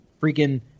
freaking